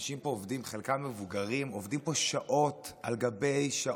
אנשים פה עובדים, חלקם מבוגרים, שעות על גבי שעות